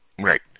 right